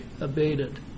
abated